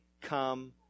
come